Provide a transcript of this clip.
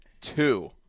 Two